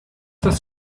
das